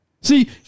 see